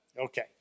Okay